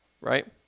right